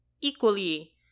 equally